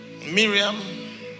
Miriam